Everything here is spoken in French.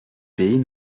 pays